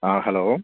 ആ ഹലോ